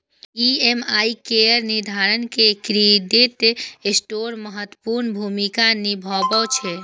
EMI केर निर्धारण मे क्रेडिट स्कोर महत्वपूर्ण भूमिका निभाबै छै